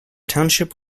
township